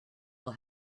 will